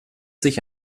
sich